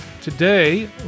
Today